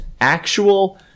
actual